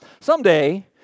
someday